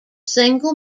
single